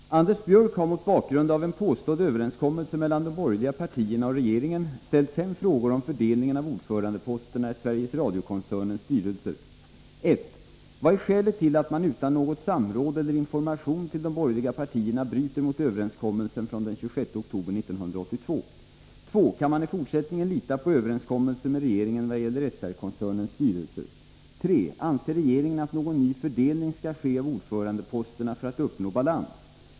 Herr talman! Anders Björck har mot bakgrund av en påstådd överenskommelse mellan de borgerliga partierna och regeringen ställt fem frågor om fördelningen av ordförandeposterna i Sveriges Radio-koncernens styrelser: 1. Vad är skälet till att man utan något samråd eller någon information till de borgerliga partierna bryter mot överenskommelsen från den 26 oktober 1982? 2. Kan man i fortsättningen lita på överenskommelser med regeringen vad gäller SR-koncernens styrelser? 3. Anser regeringen att någon ny fördelning skall ske av ordförandeposterna för att uppnå balans?